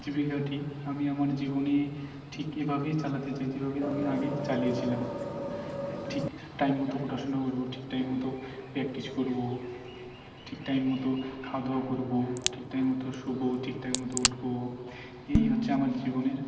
জীবিকাটি আমি আমার জীবনে ঠিক এভাবেই চালাতে চাই যেভাবে আমি আগে চালিয়েছিলাম ঠিক টাইম মতো পড়াশোনা করব ঠিক টাইম মতো প্র্যাকটিস করব ঠিক টাইম মতো খাওয়া দাওয়া করব ঠিক টাইম মতো শোবো ঠিক টাইম মতো উঠব এই হচ্ছে আমার জীবনের